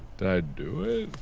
did i do it?